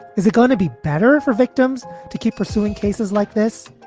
is it going to be better for victims to keep pursuing cases like this?